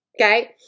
Okay